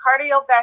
cardiovascular